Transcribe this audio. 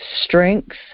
strength